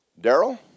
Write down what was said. Daryl